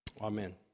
Amen